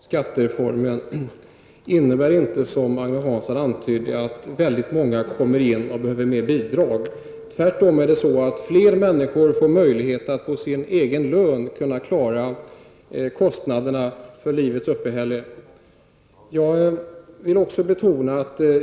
Herr talman! Finansieringen av skattereformen innebär inte, som Agne Hansson antydde, att många fler människor behöver bidrag. Det är tvärtom så, att fler människor får möjlighet att klara kostnaderna för livets uppehälle med sin egen lön.